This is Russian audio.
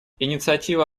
инициатива